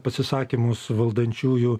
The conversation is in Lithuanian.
pasisakymus valdančiųjų